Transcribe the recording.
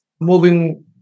moving